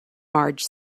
marge